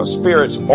spirits